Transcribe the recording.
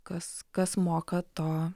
kas kas moka to